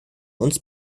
uns